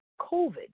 COVID